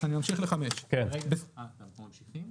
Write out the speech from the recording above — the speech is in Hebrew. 2 נגד, אין נמנעים,